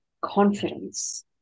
confidence